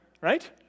right